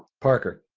parker.